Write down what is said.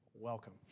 Welcome